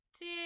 two